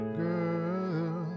girl